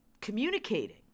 communicating